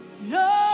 No